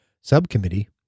Subcommittee